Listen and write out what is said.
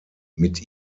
mit